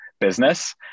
business